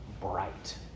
bright